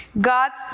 God's